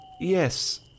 Yes